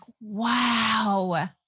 wow